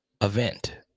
event